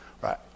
right